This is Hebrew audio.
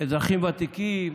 אזרחים ותיקים,